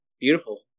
beautiful